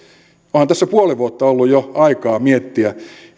onhan tässä puoli vuotta ollut jo aikaa miettiä